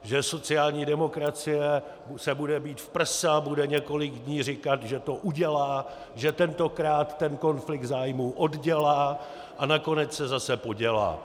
Že sociální demokracie se bude být v prsa, bude několik dní říkat, že to udělá, že tentokrát ten konflikt zájmů oddělá, a nakonec se zase podělá.